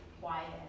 quiet